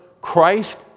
Christ